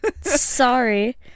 sorry